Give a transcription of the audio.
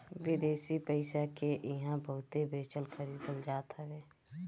विदेशी पईसा के इहां बहुते बेचल खरीदल जात हवे